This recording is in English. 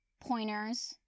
pointers